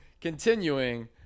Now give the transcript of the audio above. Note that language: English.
Continuing